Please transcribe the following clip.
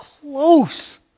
close